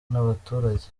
n’abaturage